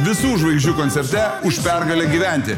visų žvaigždžių koncerte už pergalę gyventi